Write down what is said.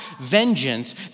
vengeance